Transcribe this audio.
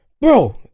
Bro